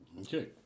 Okay